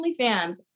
OnlyFans